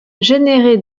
générer